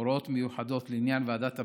(הוראות מיוחדות לעניין ועדת הבחירות),